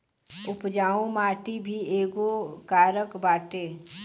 उपजाऊ माटी भी एगो कारक बाटे